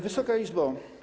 Wysoka Izbo!